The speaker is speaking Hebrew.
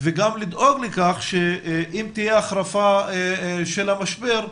וגם לדאוג לכך שאם תהיה החרפה של המשבר,